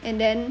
and then